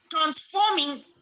transforming